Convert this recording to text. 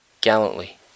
gallantly